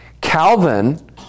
Calvin